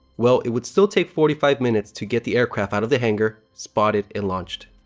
well, it would still take forty five minutes to get the aircraft out of the hangar, spotted, and launched.